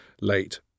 late